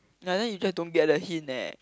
ya then you just don't get the hint leh